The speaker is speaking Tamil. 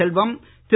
செல்வம் திரு